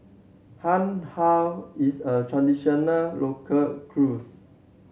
har how is a traditional local cruse